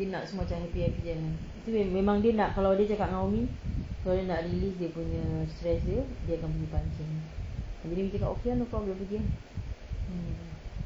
dia nak semua macam happy happy dia memang nak kalau dia cakap dengan umi kalau dia nak release dia punya stress dia dia akan pergi pancing jadi umi cakap okay lah no problem dia pergi ah